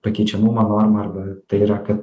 pakeičiamumo norma arba tai yra kad